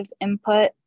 input